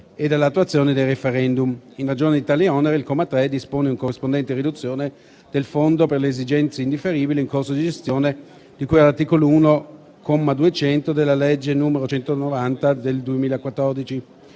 e dell'attuazione dei *referendum*. In ragione di tale onere, il comma 3 dispone una corrispondente riduzione del Fondo per le esigenze indifferibili che si manifestano in corso di gestione, di cui all'articolo 1, comma 200, della legge n. 190 del 2014.